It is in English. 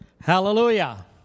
Hallelujah